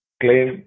claim